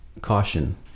caution